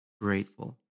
grateful